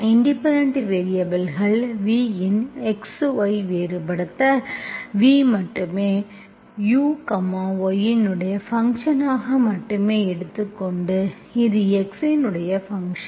independent வேரியபல்கள் v இன் x y வேறுபடுத்த v மட்டுமே u y இன் ஃபங்க்ஷன் ஆக மட்டுமே எடுத்துக்கொண்டு இது x இன் ஃபங்க்ஷன்